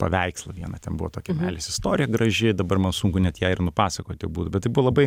paveikslą vieną ten buvo tokia meilės istorija graži dabar man sunku net ją ir nupasakoti būtų bet tai buvo labai